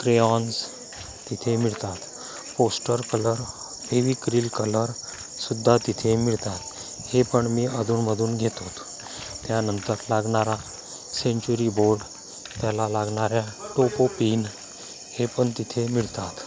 crayons तिथे मिळतात poster colour Fevicryl कलरसुद्धा तिथे मिळतात हे पण मी अधूनमधून घेतोत त्यानंतर लागणारा सेंच्युरी बोर्ड त्याला लागणाऱ्या टोपु पिन हे पण तिथे मिळतात